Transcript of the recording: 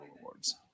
awards